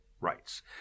rights